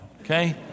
okay